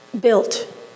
built